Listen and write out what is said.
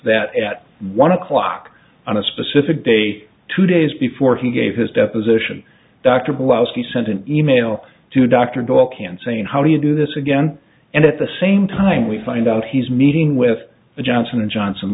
that at one o'clock on a specific day two days before he gave his deposition dr polaski sent an e mail to dr doyle can saying how do you do this again and at the same time we find out he's meeting with the johnson and johnson